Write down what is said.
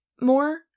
more